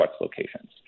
locations